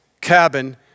cabin